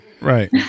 Right